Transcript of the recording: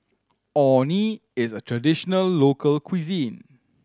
Orh Nee is a traditional local cuisine